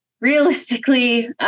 realistically